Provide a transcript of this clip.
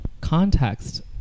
context